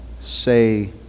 say